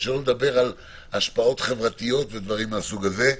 שלא לדבר על השפעות חברתיות ודברים מן הסוג הזה.